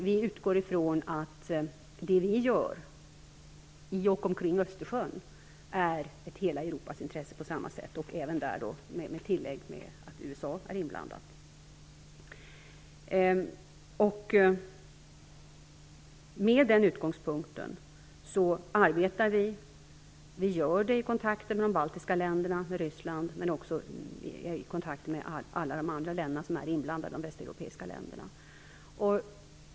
Vi utgår från att det vi gör i och omkring Östersjön på samma sätt är ett hela Europas intresse, även där med tillägget att USA skall vara inblandat. Med den utgångspunkten arbetar vi i kontakter med de baltiska länderna och Ryssland men också i kontakter med alla andra västeuropeiska länder som är inblandade.